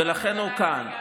ולכן הוא כאן.